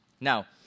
Now